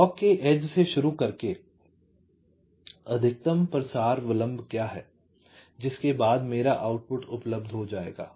clock के edge से शुरू करके अधिकतम प्रसार विलंब क्या है जिसके बाद मेरा आउटपुट उपलब्ध हो जाएगा